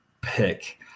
pick